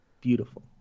Beautiful